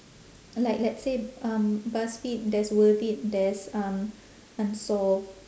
like let's say um buzzfeed there's worth it there's um unsolved